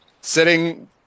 sitting